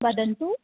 वदन्तु